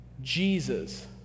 Jesus